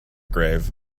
grave